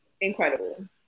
incredible